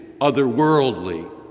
otherworldly